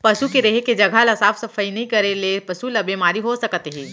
पसू के रेहे के जघा ल साफ सफई नइ रखे ले पसु ल बेमारी हो सकत हे